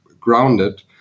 grounded